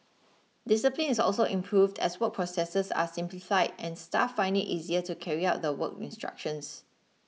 discipline is also improved as work processes are simplified and staff find it easier to carry out the work instructions